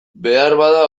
beharbada